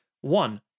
One